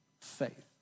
faith